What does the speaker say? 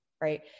right